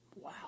Wow